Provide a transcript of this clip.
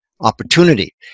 opportunity